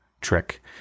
trick